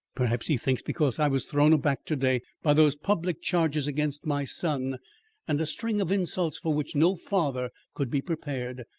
perhaps he thinks because i was thrown aback to-day by those public charges against my son and a string of insults for which no father could be prepared,